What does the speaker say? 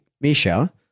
Misha